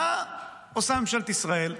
מה עושה ממשלת ישראל?